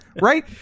Right